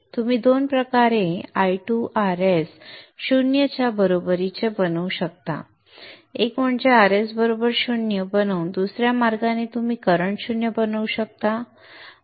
तुम्ही दोन प्रकारे I2Rs 0 च्या बरोबरीने बनवू शकता एक म्हणजे Rs 0 बनवून दुसर्या मार्गाने तुम्ही I 0 बनवू शकता